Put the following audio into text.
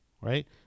right